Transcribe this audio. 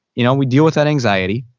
you know we deal with that anxiety.